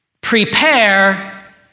Prepare